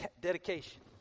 dedication